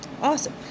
awesome